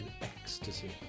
ecstasy